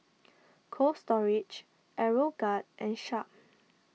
Cold Storage Aeroguard and Sharp